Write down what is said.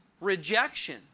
rejection